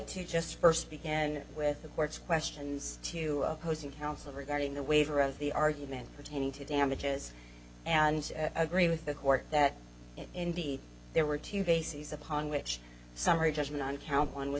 to just first begin with the court's questions to opposing counsel regarding the waiver of the argument pertaining to damages and agree with the court that indeed there were two bases upon which summary judgment on count one was